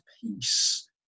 peace